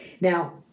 now